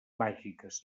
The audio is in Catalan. màgiques